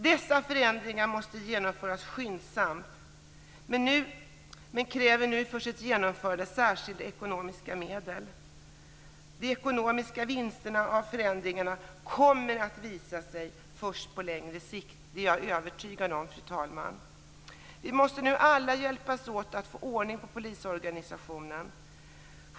Dessa förändringar måste genomföras skyndsamt, men kräver för sitt genomförande särskilda ekonomiska medel. De ekonomiska vinsterna av förändringarna kommer att visa sig först på längre sikt. Det är jag övertygad om, fru talman. Vi måste nu alla hjälpas åt att få ordning på polisorganisationen.